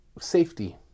safety